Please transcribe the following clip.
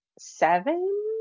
seven